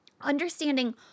understanding